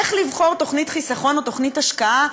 איך לבחור תוכנית חיסכון או תוכנית השקעה,